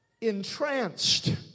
entranced